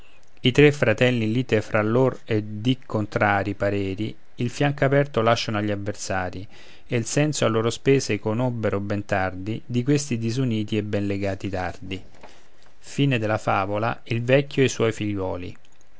i tre fratelli in lite fra lor e di contrari pareri il fianco aperto lasciano agli avversari e il senso a loro spese conobbero ma tardi di questi disuniti e ben legati dardi e